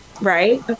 right